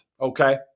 Okay